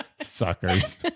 Suckers